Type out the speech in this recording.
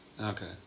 Okay